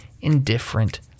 indifferent